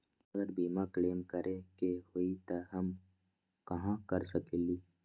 अगर बीमा क्लेम करे के होई त हम कहा कर सकेली?